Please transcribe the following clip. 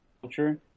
culture